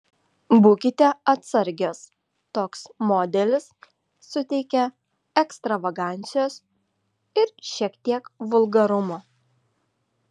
būkite atsargios toks modelis suteikia ekstravagancijos ir šiek tiek vulgarumo